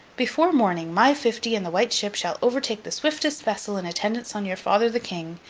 before morning, my fifty and the white ship shall overtake the swiftest vessel in attendance on your father the king,